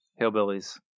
Hillbillies